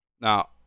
now